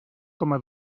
coma